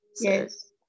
Yes